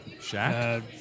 shaq